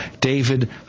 david